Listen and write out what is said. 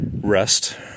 rest